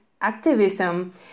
Activism